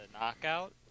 knockout